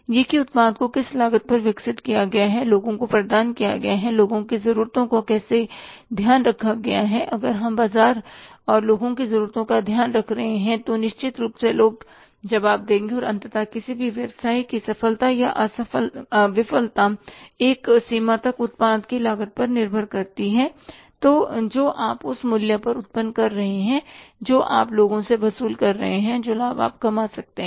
यह कि उत्पाद को किस लागत पर विकसित किया गया है लोगों को प्रदान किया गया है और लोगों की ज़रूरतों का कैसे ध्यान रखा गया है अगर हम बाजार और लोगों की ज़रूरतों का ध्यान रख रहे हैं तो निश्चित रूप से लोग जवाब देंगे और अंततः किसी भी व्यवसाय की सफलता या विफलता एक सीमा तक उत्पाद की लागत पर निर्भर करती है जो आप उस मूल्य पर उत्पन्न कर रहे हैं जो आप लोगों से वसूल कर रहे हैं और जो लाभ आप कमा सकते हैं